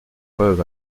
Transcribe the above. preuves